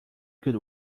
good